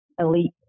elite